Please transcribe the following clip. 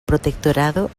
protectorado